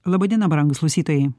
laba diena brangūs klausytojai